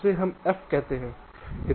जिसे हम F कहते हैं